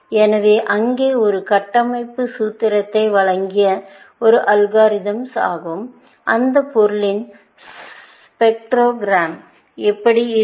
எனவே அங்கே ஒரு கட்டமைப்பு சூத்திரத்தை வழங்கிய ஒரு அல்காரிதம்ஸ் ஆகும் அந்த பொருளின் ஸ்பெக்ட்ரோகிராம் எப்படி இருக்கும்